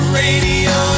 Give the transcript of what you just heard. radio